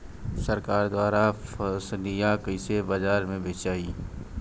सरकार द्वारा फसलिया कईसे बाजार में बेचाई?